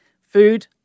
Food